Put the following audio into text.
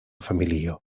familio